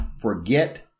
forget